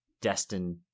destined